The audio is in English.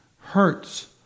hurts